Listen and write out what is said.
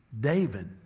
David